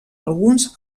alguns